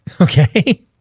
Okay